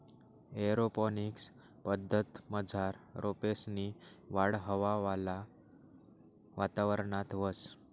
aeroponics पद्धतमझार रोपेसनी वाढ हवावाला वातावरणात व्हस